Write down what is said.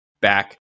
back